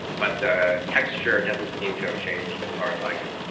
but the texture doesn't seem to have changed, as far as i could